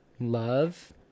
love